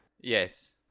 Yes